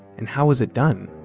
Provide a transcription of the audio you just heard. and how was it done?